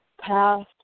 passed